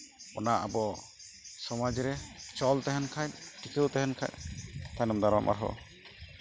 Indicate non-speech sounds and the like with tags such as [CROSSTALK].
ᱚᱱᱟ ᱟᱵᱚ ᱫᱚᱠᱟᱱ ᱨᱮ ᱪᱚᱞ ᱛᱟᱦᱮᱱ ᱠᱷᱟᱱ ᱪᱤᱴᱟᱹᱣ ᱛᱟᱦᱮᱱ ᱠᱷᱟᱱ ᱛᱟᱦᱞᱮ [UNINTELLIGIBLE]